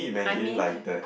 I mean